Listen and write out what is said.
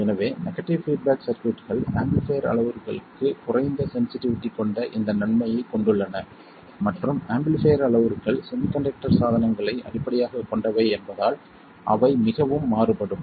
எனவே negative feedback சர்க்யூட்கள் amplifier அளவுருக்களுக்கு குறைந்த சென்சிட்டிவிட்டி கொண்ட இந்த நன்மையைக் கொண்டுள்ளன மற்றும் ஆம்பிளிஃபைர் அளவுருக்கள் செமிக்கண்டக்டர் சாதனங்களை அடிப்படையாகக் கொண்டவை என்பதால் அவை மிகவும் மாறுபடும்